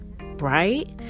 right